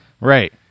Right